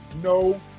no